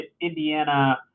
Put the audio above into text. Indiana